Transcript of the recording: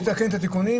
אחרי שתתקן את התיקונים,